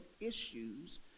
issues